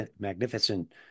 magnificent